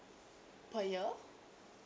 per year